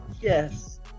Yes